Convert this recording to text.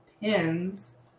pins